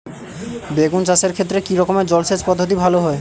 বেগুন চাষের ক্ষেত্রে কি রকমের জলসেচ পদ্ধতি ভালো হয়?